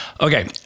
Okay